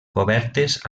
cobertes